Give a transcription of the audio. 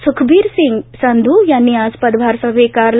सुखबिर सिंग संधू यांनी आज पदभार स्वीकारला